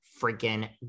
freaking